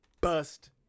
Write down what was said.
Bust